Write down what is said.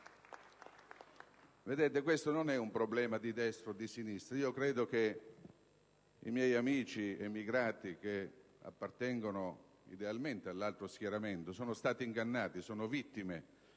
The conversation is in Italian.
brogli! Questo non è un problema di destra o di sinistra. Credo che i miei amici emigrati che appartengono idealmente all'altro schieramento siano stati ingannati, siano vittime